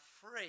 free